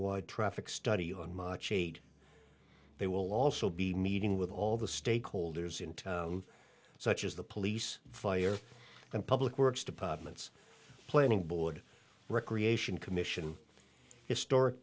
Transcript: wide traffic study on much aid they will also be meeting with all the stakeholders in town such as the police fire and public works departments planning board recreation commission historic